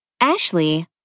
Ashley